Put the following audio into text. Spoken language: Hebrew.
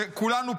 שכולנו,